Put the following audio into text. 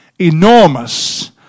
enormous